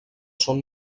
són